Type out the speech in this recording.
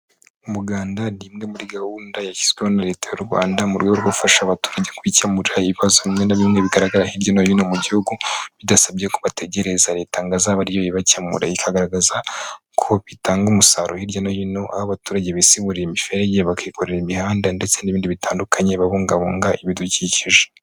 Umuganda ni imwe muri gahunda yashyizweho na leta, y'u Rwanda mu rwego rwo gufasha abaturage kubikemura ibibazo bimwe na bimwe bigaragara hirya no hino mu gihugu, bidasabye ko bategereza leta ngo azabe ari yo ibakemura ikagaragaza ko bitanga umusaruro hirya no hino, aho abaturage bisiburira imiferege bakikorera imihanda ndetse n'ibindi bitandukanye, babungabunga ibidukikije.